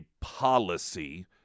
policy